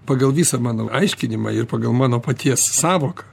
pagal visą mano aiškinimą ir pagal mano paties sąvoką